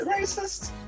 racist